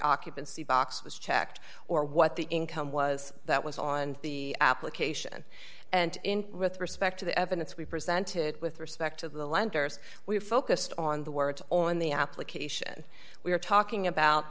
occupancy box was checked or what the income was that was on the application and with respect to the evidence we presented with respect to the lender's we focused on the words on the application we were talking about